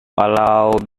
kalau